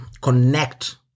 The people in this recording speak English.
connect